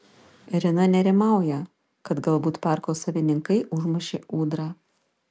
rina nerimauja kad galbūt parko savininkai užmušė ūdrą